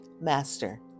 Master